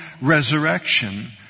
resurrection